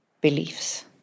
beliefs